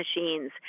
machines